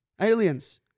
Aliens